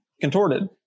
contorted